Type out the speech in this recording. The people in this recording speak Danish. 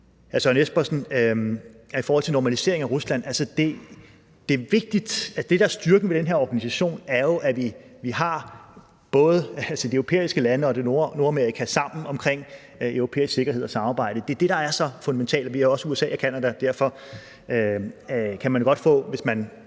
hr. Søren Espersen, i forhold til en normalisering i forhold til Rusland: Det, der er styrken ved den her organisation, er jo, at vi både har de europæiske lande og Nordamerika sammen omkring europæisk sikkerhed og samarbejde. Det er det, der er så fundamentalt, altså at vi også har USA og Canada med. Og derfor kan man jo godt, hvis man